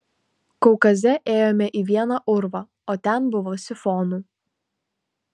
kaukaze ėjome į vieną urvą o ten buvo sifonų